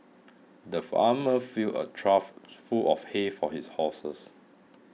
the farmer filled a trough full of hay for his horses